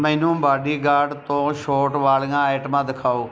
ਮੈਨੂੰ ਬਾਡੀਗਾਰਡ ਤੋਂ ਛੋਟ ਵਾਲੀਆਂ ਆਈਟਮਾਂ ਦਿਖਾਓ